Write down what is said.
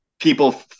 People